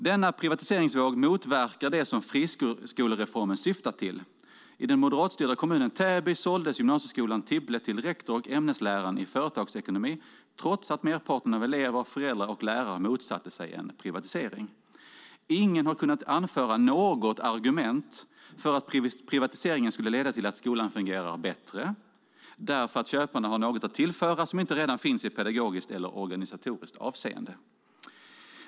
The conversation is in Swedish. "Denna privatiseringsvåg motverkar det som friskolereformen syftade till. I den moderatstyrda kommunen Täby såldes gymnasieskolan Tibble till rektor och ämnesläraren i företagsekonomi trots att merparten av elever, föräldrar och lärare motsatte sig en privatisering. Ingen har kunnat anföra något argument för att privatiseringen skulle leda till att skolan fungerar bättre, därför att köparna har något att tillföra som inte redan finns i pedagogiskt eller organisatoriskt avseende.